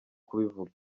kubivuga